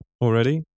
already